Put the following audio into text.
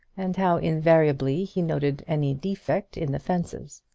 and how invariably he noted any defect in the fences.